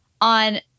on